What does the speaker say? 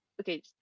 Okay